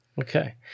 Okay